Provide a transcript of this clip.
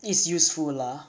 it's useful lah